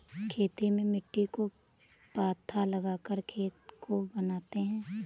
खेती में मिट्टी को पाथा लगाकर खेत को बनाते हैं?